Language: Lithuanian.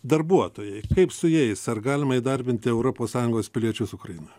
darbuotojai kaip su jais ar galima įdarbinti europos sąjungos piliečius ukrainoje